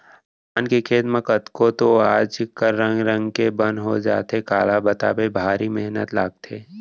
धान के खेत म कतको तो आज कल रंग रंग के बन हो जाथे काला बताबे भारी मेहनत लागथे